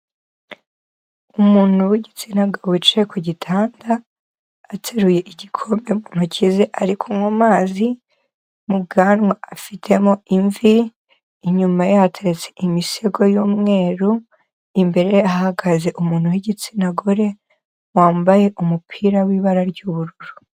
Umuntu w'igitsina gabo wicaye ku gitanda. Ateruye igikombe mu ntoki ze arikunywa mazi. Mubwanwa afitemo imvi. Inyuma ye hateretse imisego y'umweru. Imbere hahagaze umuntu w'igitsina gore, wambaye umupira w'ibara ry'ubururu.